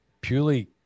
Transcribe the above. purely